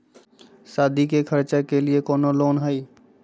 सादी के खर्चा के लिए कौनो लोन है?